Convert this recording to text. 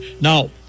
Now